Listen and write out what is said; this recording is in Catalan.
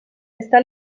està